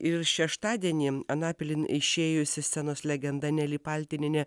ir šeštadienį anapilin išėjusi scenos legenda neli paltinienė